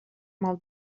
mal